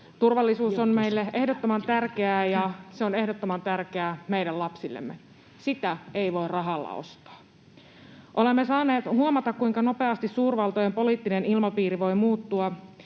Turvallisuus on meille ehdottoman tärkeää, ja se on ehdottoman tärkeää meidän lapsillemme. Sitä ei voi rahalla ostaa. Olemme saaneet huomata, kuinka nopeasti suurvaltojen poliittinen ilmapiiri voi muuttua.